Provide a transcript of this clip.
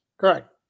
Correct